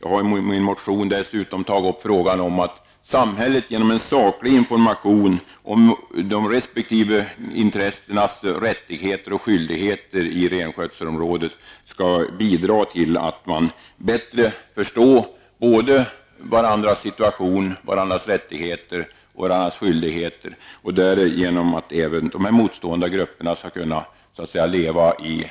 Jag har i min motion dessutom tagit upp frågan att samhället genom en saklig information om de resp. intressenas rättigheter och skyldigheter i renskötselområdet skulle kunna bidra till en bättre förståelse för vardera sidas situation, rättigheter och skyldigheter. Därigenom skulle även dessa motstående grupper kunna leva i